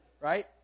right